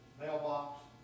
Mailbox